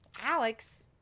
Alex